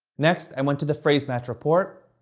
next, i went to the phrase match report,